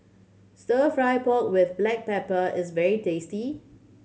Stir Fry pork with black pepper is very tasty